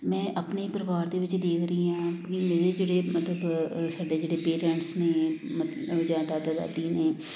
ਮੈਂ ਆਪਣੇ ਪਰਿਵਾਰ ਦੇ ਵਿੱਚ ਦੇਖ ਰਹੀ ਹਾਂ ਕਿ ਮੇਰੇ ਜਿਹੜੇ ਮਤਲਬ ਸਾਡੇ ਜਿਹੜੇ ਪੇਰੈਂਟਸ ਨੇ ਮਤ ਜਾਂ ਦਾਦਾ ਦਾਦੀ ਨੇ